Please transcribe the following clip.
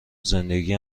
زندگی